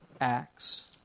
Acts